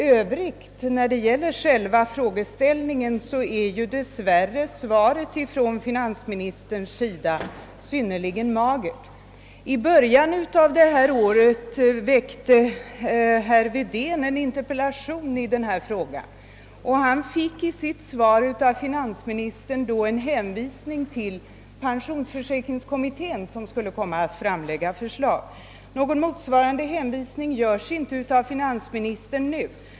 Beträffande själva frågeställningen är finansministerns svar dess värre synnerligen magert. I början av detta år ställde herr Wedén en interpellation i denna fråga. Han fick i sitt svar av finansministern en hänvisning till pensionsförsäkringskommittén som skulle komma att framlägga förslag. Någon motsvarande hänvisning gör inte finansministern nu.